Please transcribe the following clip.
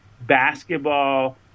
basketball